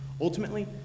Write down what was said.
Ultimately